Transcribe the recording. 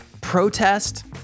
protest